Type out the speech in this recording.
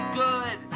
good